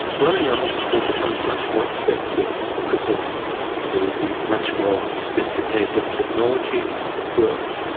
running a hospital becomes much more expensive, because of the much more sophisticated technologies at work,